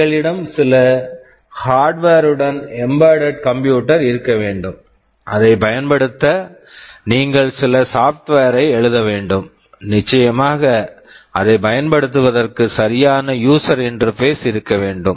எங்களிடம் சில ஹார்ட்வர்hardware ருடன் எம்பெட்டட் embedded கம்ப்யூட்டர் computer இருக்க வேண்டும் அதைப் பயன்படுத்த நீங்கள் சில சாப்ட்வேர் software ஐ எழுத வேண்டும் நிச்சயமாக அதைப் பயன்படுத்துவதற்கு சரியான யூசர் இன்டெர்பேஸ் user interface இருக்க வேண்டும்